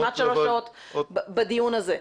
אנחנו כבר כמעט שלוש שעות בדיון הזה.